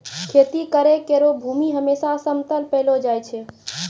खेती करै केरो भूमि हमेसा समतल पैलो जाय छै